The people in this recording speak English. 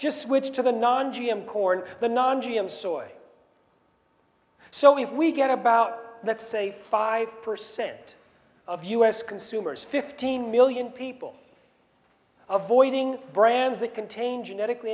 just switch to the non g m corn the non g m soy so if we get about let's say five percent of u s consumers fifteen million people of voiding brands that contain genetically